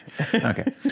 Okay